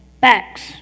backs